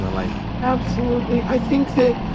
like absolutely. i think that